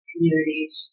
communities